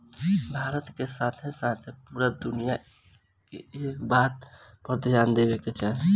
भारत के साथे साथे पूरा दुनिया के एह बात पर ध्यान देवे के चाही